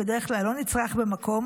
בדרך כלל לא נצרך במקום